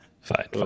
fine